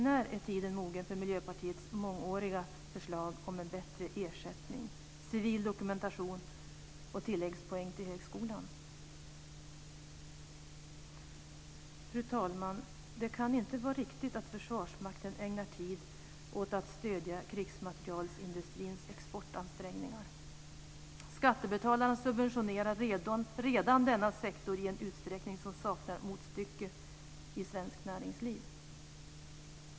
När är tiden mogen för Miljöpartiets mångåriga förslag om bättre ersättning, civil dokumentation och tilläggspoäng till högskolan? Fru talman! Det kan inte vara riktigt att Försvarsmakten ägnar tid åt att stödja krigsmaterielindustrins exportansträngningar. Skattebetalarna subventionerar redan denna sektor i en utsträckning som saknar motstycke i svenskt näringsliv.